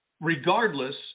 regardless